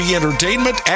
Entertainment